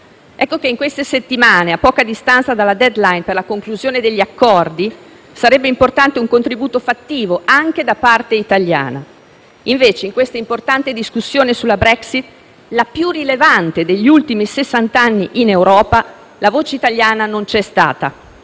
che in queste settimane, a poca distanza dalla *deadline* per la conclusione degli accordi, sarebbe importante un contributo fattivo, anche da parte italiana. Invece, in questa importante discussione sulla Brexit, la più rilevante degli ultimi sessant'anni in Europa, la voce italiana non c'è stata.